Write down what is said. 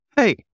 Hey